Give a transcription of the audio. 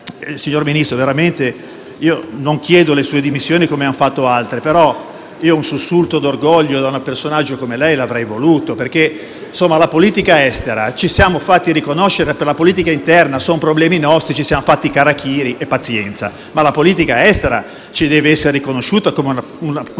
Signor Ministro, io non chiedo le sue dimissioni come hanno fatto altri, però un sussulto d'orgoglio da un personaggio come lei lo avrei voluto, perché ci siamo fatti riconoscere per la politica interna e son problemi nostri, abbiamo fatto *harakiri* e pazienza, ma in politica estera dobbiamo essere riconosciuti come una